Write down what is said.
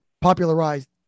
popularized